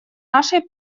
нашей